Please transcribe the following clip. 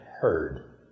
heard